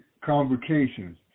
convocations